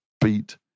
beat